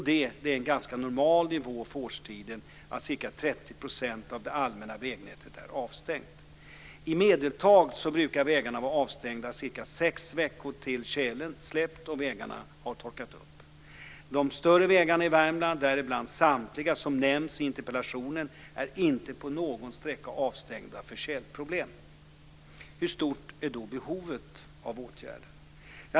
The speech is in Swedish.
Det är en ganska normal nivå för årstiden att ca 30 % av det allmänna vägnätet är avstängt. I medeltal brukar vägarna var avstängda ca sex veckor till tjälen släppt och vägarna har torkat upp. De större vägarna i Värmland, däribland samtliga som nämns i interpellationen, är inte på någon sträcka avstängda för tjälproblem. Hur stort är då behovet av åtgärder?